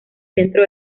centro